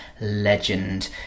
legend